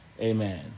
amen